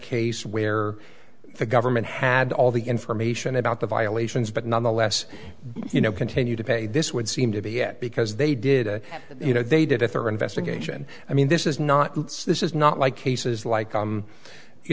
case where the government had all the information about the violations but nonetheless you know continue to pay this would seem to be yet because they did you know they did a thorough investigation i mean this is not it's this is not like cases like